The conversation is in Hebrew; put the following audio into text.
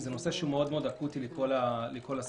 זה נושא אקוטי לכל הסוגיות.